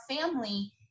family